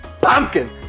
pumpkin